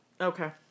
Okay